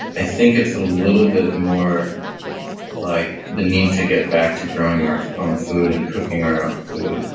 i think it's a little bit more like the need to get back to growing our own food and cooking our own food,